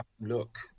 look